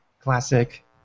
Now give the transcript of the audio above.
Classic